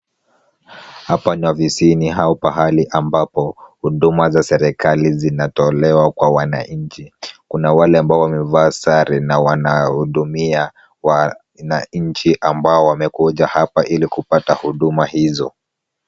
Hapa ni ofisini au pahali ambapo huduma za serikali zinatolewa kwa wananchi. Kuna wale ambao wamevaa sare na wanahudumia wananchi ambao wamekuja hapa ili kupata huduma hizo.